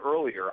earlier